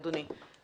אדוני.